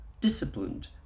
disciplined